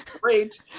great